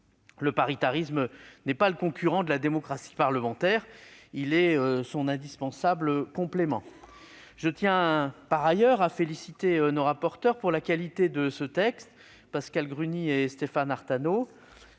Le paritarisme n'est pas le concurrent de la démocratie parlementaire ; il est son indispensable complément ! Je tiens par ailleurs à féliciter nos rapporteurs Pascale Gruny et Stéphane Artano